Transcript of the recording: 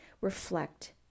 reflect